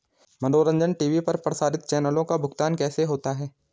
मनोरंजन टी.वी पर प्रसारित चैनलों का भुगतान कैसे होता है?